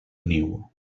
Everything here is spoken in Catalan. niu